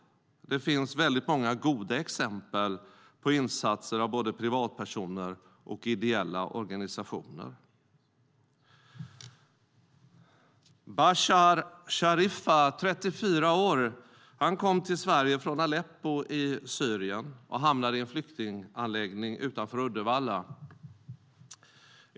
Det finns väldigt många goda exempel på insatser av både privatpersoner och ideella organisationer. Bashar Sharifah, 34 år, kom till Sverige från Aleppo i Syrien och hamnade i en flyktinganläggning utanför Uddevalla.